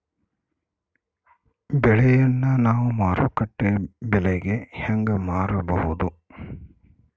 ಬೆಳೆಯನ್ನ ನಾವು ಮಾರುಕಟ್ಟೆ ಬೆಲೆಗೆ ಹೆಂಗೆ ಮಾರಬಹುದು?